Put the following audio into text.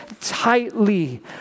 tightly